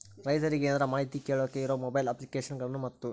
ರೈತರಿಗೆ ಏನರ ಮಾಹಿತಿ ಕೇಳೋಕೆ ಇರೋ ಮೊಬೈಲ್ ಅಪ್ಲಿಕೇಶನ್ ಗಳನ್ನು ಮತ್ತು?